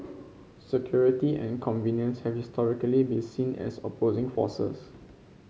security and convenience have historically been seen as opposing forces